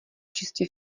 čistě